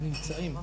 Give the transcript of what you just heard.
להישאר.